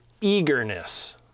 eagerness